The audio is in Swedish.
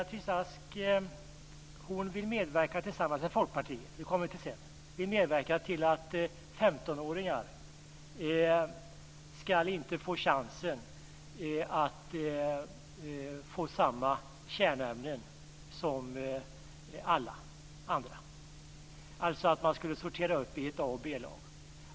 Fru talman! Beatrice Ask vill tillsammans med Folkpartiet medverka till att vissa 15-åringar inte ska få chansen att läsa samma kärnämnen som alla andra, alltså att 15-åringar skulle sorteras i ett A och B-lag.